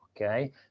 okay